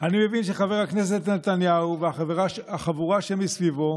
אני מבין שחבר הכנסת נתניהו והחבורה שמסביבו